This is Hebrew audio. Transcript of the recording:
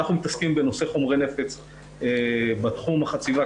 אנחנו מתעסקים בנושא חומרי נפץ בתחום החציבה,